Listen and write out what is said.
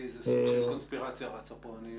יש לי